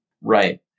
Right